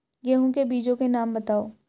गेहूँ के बीजों के नाम बताओ?